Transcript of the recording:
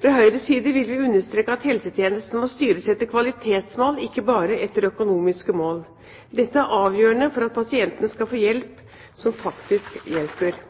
Fra Høyres side vil vi understreke at helsetjenesten må styres etter kvalitetsmål, ikke bare etter økonomiske mål. Dette er avgjørende for at pasientene skal få hjelp som faktisk hjelper.